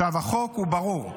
החוק הוא ברור.